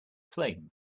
flame